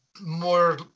more